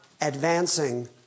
advancing